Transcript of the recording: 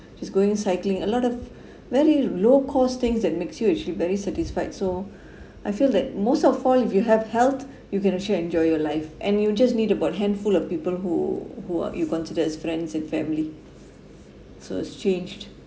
just going cycling a lot of very low cost things that makes you actually very satisfied so I feel that most of all if you have health you can actually enjoy your life and you just need about handful of people who who are you consider as friends and family so it's changed